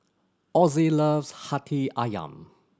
Ossie loves Hati Ayam